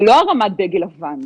זו לא הרמת דגל לבן.